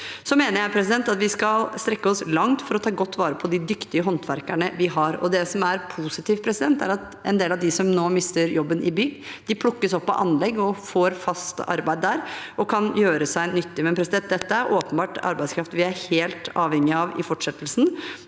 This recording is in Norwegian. Jeg mener vi skal strekke oss langt for å ta godt vare på de dyktige håndverkerne vi har. Det som er positivt, er at en del av dem som nå mister jobben i byggebransjen, plukkes opp av anleggsbransjen. De får fast arbeid der og kan gjøre seg nyttige. Dette er åpenbart arbeidskraft vi er helt avhengig av i fortsettelsen,